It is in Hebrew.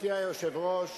גברתי היושבת-ראש,